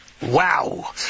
wow